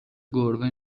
گربه